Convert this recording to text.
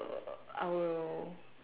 uh I will